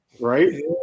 Right